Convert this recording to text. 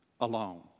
alone